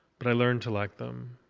but i learned to like them.